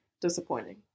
disappointing